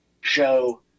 show